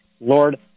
Lord